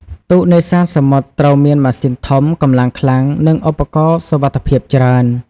ទូកនេសាទសមុទ្រត្រូវមានម៉ាស៊ីនធំ កម្លាំងខ្លាំង និងឧបករណ៍សុវត្ថិភាពច្រើន។